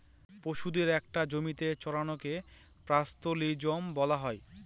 পশুদের একটা জমিতে চড়ানোকে পাস্তোরেলিজম বলা হয়